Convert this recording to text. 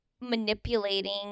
manipulating